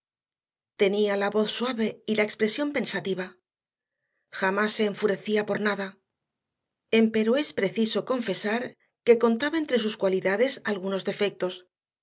tenía la voz suave y la expresión pensativa jamás se enfurecía por nada empero es preciso confesar que contaba entre sus cualidades algunos defectos